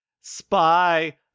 spy